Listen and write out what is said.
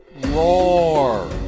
Roar